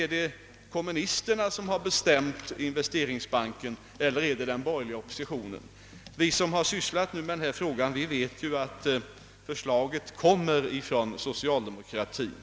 Är det kommunisterna som tvingat fram investeringsbanken eller är det den borgerliga oppositionen? Vi som sysslat med denna fråga vet att förslaget kommer från socialdemokraterna.